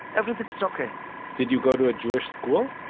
everything is ok did you go to a jewish school?